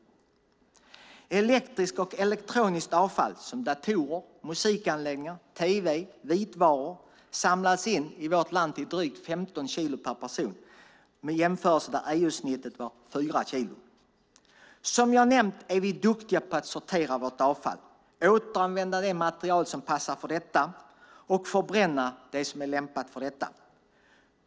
Beträffande elektriskt och elektroniskt avfall som datorer, musikanläggningar, tv och vitvaror samlas i vårt land drygt 15 kilo per person in - att jämföra med EU-snittet på 4 kilo. Som jag nämnt är vi duktiga på att sortera vårt avfall, återanvända det material som passar för det och förbränna det som är lämpat för det.